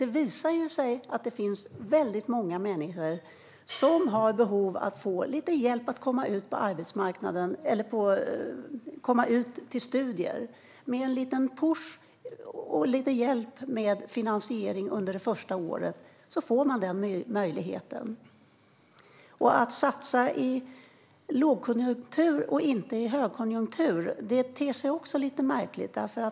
Det har visat sig att det finns många människor som har behov av lite hjälp med att komma in i studier. Med en liten push och lite hjälp med finansieringen under det första året får de den möjligheten. Att satsa i lågkonjunktur och inte i högkonjunktur ter sig också lite märkligt.